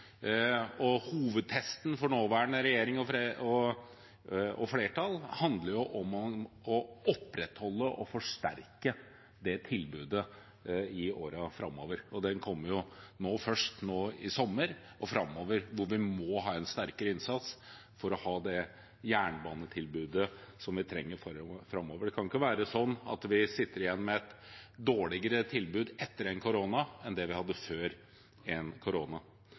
Hovedtesten for nåværende regjering og flertall handler om å opprettholde og forsterke det tilbudet i årene framover, først nå i sommer og så framover, hvor vi må ha en sterkere innsats for å ha det jernbanetilbudet som vi trenger videre. Det kan ikke være sånn at vi sitter igjen med et dårligere tilbud etter korona enn det vi hadde før korona.